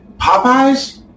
Popeye's